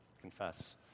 confess